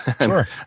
Sure